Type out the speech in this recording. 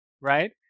right